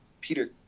Peter